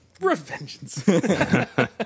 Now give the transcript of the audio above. revengeance